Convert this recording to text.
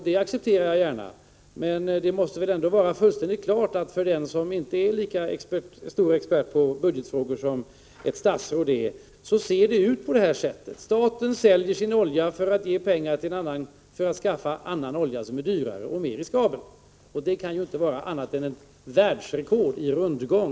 Det accepterar jag gärna. Men det måste ändå vara fullständigt klart att för den som inte är lika stor expert på budgetfrågor som ett statsråd är ser det ut på det här sättet. Staten säljer sin olja för att skaffa annan olja som är dyrare och därigenom medför ett större risktagande. Det kan inte vara annat än ett världsrekord i rundgång.